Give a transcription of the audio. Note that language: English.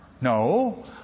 No